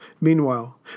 Meanwhile